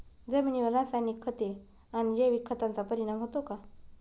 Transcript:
जमिनीवर रासायनिक खते आणि जैविक खतांचा परिणाम होतो का?